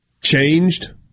changed